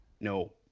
No